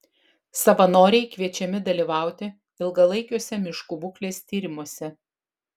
savanoriai kviečiami dalyvauti ilgalaikiuose miškų būklės tyrimuose